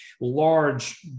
large